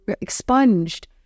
expunged